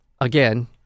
Again